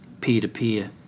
peer-to-peer